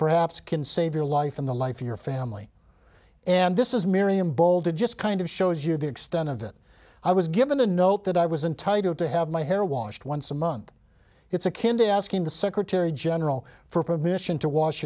perhaps can save your life and the life of your family and this is miriam bolded just kind of shows you the extent of it i was given a note that i was entitled to have my hair washed once a month it's a kinda asking the secretary general for permission to wash